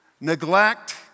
neglect